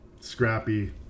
scrappy